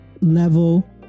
level